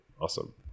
Awesome